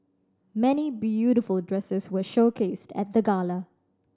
many beautiful dresses were showcased at the gala